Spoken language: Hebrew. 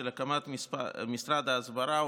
של הקמת משרד ההסברה,